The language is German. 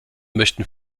möchten